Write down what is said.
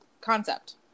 concept